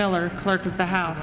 miller clerk of the house